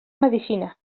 medecina